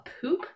poop